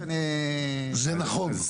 זה נכון.